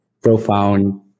profound